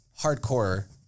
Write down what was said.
hardcore